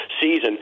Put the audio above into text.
season